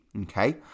okay